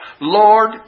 Lord